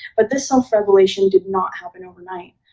but this self-revelation did not happen overnight.